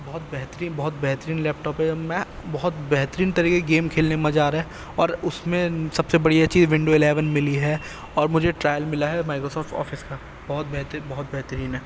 بہت بہترین بہت بہترین لیپٹاپ ہے میں بہت بہترین طرح کے گیم کھیلنے میں مزہ آ رہا ہے اور اس میں سب سے بڑھیا چیز ونڈو الیون ملی ہے اور مجھے ٹرائل ملا ہے مائیکروسافٹ آفس کا بہت بہترین بہت بہترین ہے